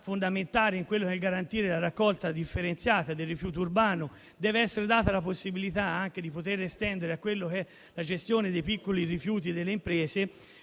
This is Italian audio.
fondamentale nel garantire la raccolta differenziata del rifiuto urbano, deve essere data la possibilità di estendere tale attività anche alla gestione dei piccoli rifiuti delle imprese,